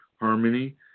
harmony